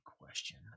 question